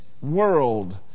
world